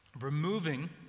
Removing